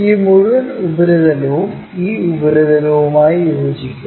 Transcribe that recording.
ഈ മുഴുവൻ ഉപരിതലവും ഈ ഉപരിതലവുമായി യോജിക്കും